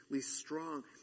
strong